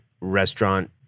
restaurant